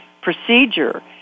procedure